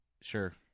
Sure